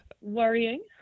worrying